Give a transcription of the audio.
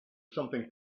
something